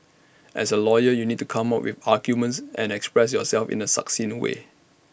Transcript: as A lawyer you'll need to come up with arguments and express yourself in A succinct way